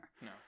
No